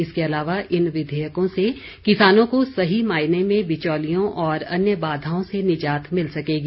इसके अलावा इन विधेयकों से किसानों को सही मायने में बिचौलियों और अन्य बाधाओं से निजात मिल सकेगी